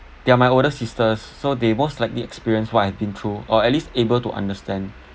they are my older sisters so they most likely experienced what I've been through or at least able to understand